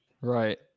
Right